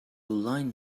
line